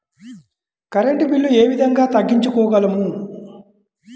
Current bill ఏ విధంగా తగ్గించుకోగలము?